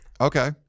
Okay